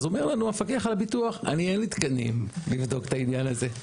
אז אומר לנו המפקח על הביטוח אני אין לי תקנים לבדוק את העניין הזה.